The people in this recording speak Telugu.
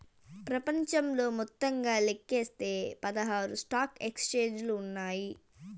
ప్రపంచంలో మొత్తంగా లెక్కిస్తే పదహారు స్టాక్ ఎక్స్చేంజిలు ఉన్నాయి